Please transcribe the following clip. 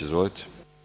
Izvolite.